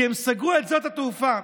את אותה פעילות דעווה,